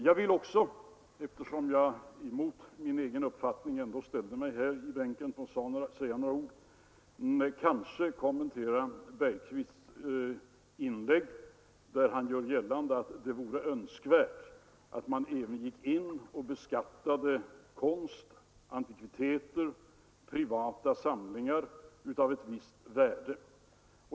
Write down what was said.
Jag vill också — eftersom jag emot min egen uppfattning ändå har rest mig upp här i bänken för att säga några ord — kommentera herr Bergqvists inlägg, där han gör gällande att det vore önskvärt att man även gick in och beskattade konst, antikviteter och privata samlingar av ett visst värde.